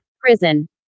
prison